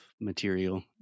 material